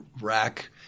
Rack